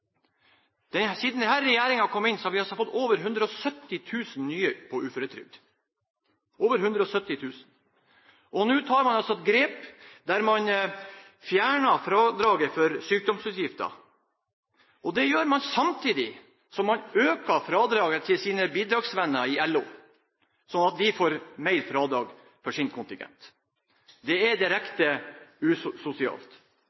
Siden denne regjeringen kom inn, har vi fått over 170 000 nye på uføretrygd. Nå tar man altså et grep der man fjerner fradraget for sykdomsutgifter, og det gjør man samtidig som man øker fradraget til sine bidragsvenner i LO, slik at de får mer fradrag for sin kontingent. Det er